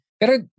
Pero